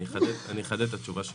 אני אחדד את התשובה שלי.